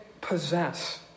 possess